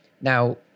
Now